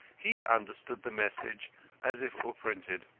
he understood the message as if it were printed.